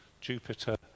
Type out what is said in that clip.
Jupiter